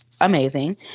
Amazing